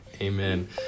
Amen